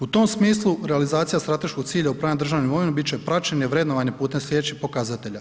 U tom smislu realizacija strateškog cilja upravljanja državnom imovinom bit će praćenje i vrednovanje putem slijedećih pokazatelja.